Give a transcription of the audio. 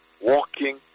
Walking